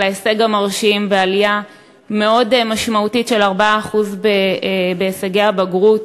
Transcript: ההישג המרשים בעלייה מאוד משמעותית של 4% בהישגי הבגרות.